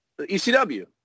ECW